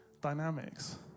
dynamics